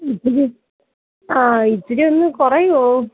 ഇജിരി ആ ഇച്ചിരി ഒന്ന് കുറയുമോ